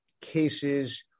cases